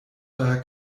daher